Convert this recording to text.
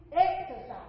exercise